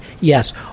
yes